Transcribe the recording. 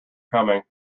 coming